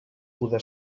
poder